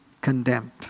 condemned